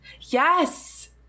Yes